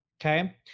Okay